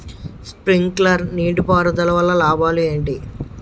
Sprinkler నీటిపారుదల వల్ల లాభాలు ఏంటి?